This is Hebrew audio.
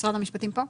משרד המשפטים פה?